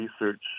Research